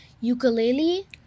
ukulele